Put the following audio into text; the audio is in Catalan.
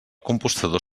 compostador